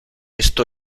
esto